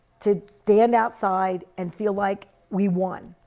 to stay and outside and feel like we won.